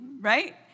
right